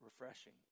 refreshing